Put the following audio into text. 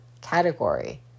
category